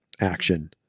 action